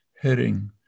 heading